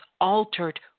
altered